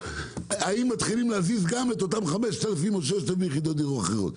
האם מתחילים להזיז גם את אותן 5,000 או 6,000 יחידות דיור אחרות.